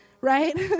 right